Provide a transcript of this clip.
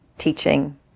teaching